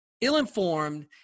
ill-informed